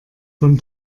von